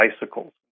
bicycles